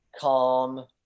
calm